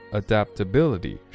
adaptability